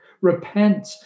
repent